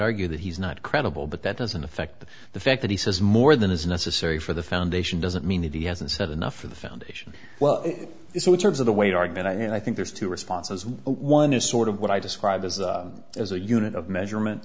argue that he's not credible but that doesn't affect the fact that he says more than is necessary for the foundation doesn't mean that he hasn't said enough for the foundation well it would serve the way to organize and i think there's two responses one is sort of what i described as as a unit of measurement